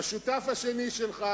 השותף השני שלך